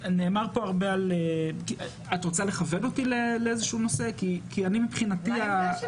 אני רוצה לשמוע מה העמדה של